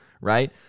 right